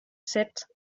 sept